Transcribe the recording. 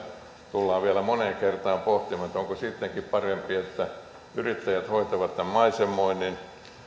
tullaan vielä moneen kertaan pohtimaan onko sittenkin parempi että yrittäjät hoitavat tämän maisemoinnin